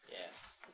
Yes